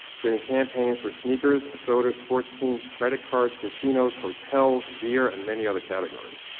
creating campaigns for sneakers, sodas, sports teams, credit cards, casinos, hotels, beer and many other categories.